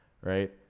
right